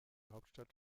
hauptstadt